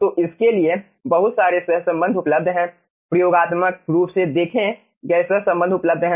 तो इसके लिए बहुत सारे सहसंबंध उपलब्ध हैं प्रयोगात्मक रूप से देखे गए सहसंबंध उपलब्ध हैं